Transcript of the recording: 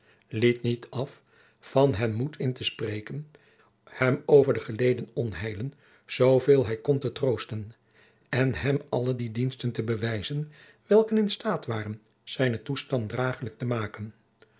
liet niet af van hem moed in te spreken hem over de geleden onheilen zoo veel hij kon te troosten en hem al die diensten te bewijzen welke in staat waren zijnen toestand dragelijk te maken